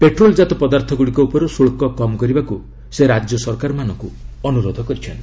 petrol ଜାତ ପଦାର୍ଥଗୁଡ଼ିକ ଉପରୁ ଶୁଲ୍କ କମ୍ କରିବାକୁ ସେ ରାଜ୍ୟ ସରକାରମାନଙ୍କୁ ଅନୁରୋଧ କରିଛନ୍ତି